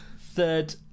Third